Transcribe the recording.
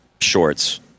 shorts